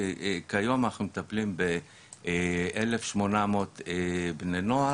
כיום אנחנו מטפלים ב-1,800 בני נוער.